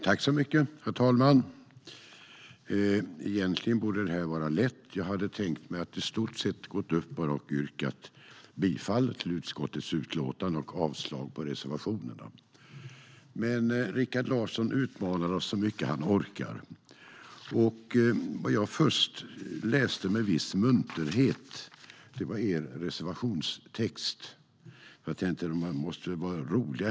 Herr talman! Egentligen borde det här vara lätt. Jag hade tänkt mig att i stort sett bara gå upp och yrka bifall till utskottets förslag i utlåtandet och avslag på reservationerna. Men Rikard Larsson utmanar oss så mycket han orkar. Jag läste först er reservationstext med viss munterhet. Jag tänkte: Försöker de vara roliga?